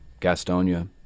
Gastonia